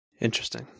Interesting